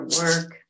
work